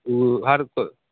हूँ हर